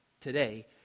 today